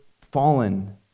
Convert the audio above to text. fallen